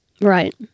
right